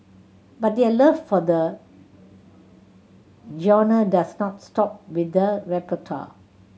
but their love for the genre does not stop with the repertoire